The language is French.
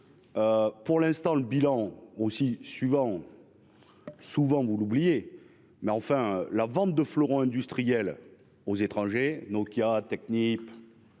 Pour l'instant le bilan aussi suivant. Souvent vous l'oubliez mais enfin la vente de fleurons industriels aux étrangers Nokia Technip.